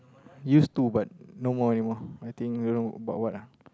used to but no more anymore I think you know about what ah